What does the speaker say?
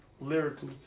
lyrically